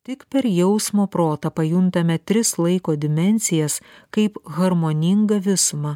tik per jausmo protą pajuntame tris laiko dimensijas kaip harmoningą visumą